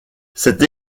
cette